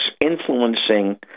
influencing